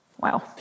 Wow